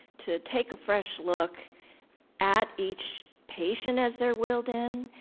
to take a fresh look at each patient as they're wheeled in,